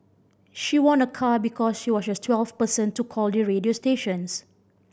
she won a car because she was the twelfth person to call the radio stations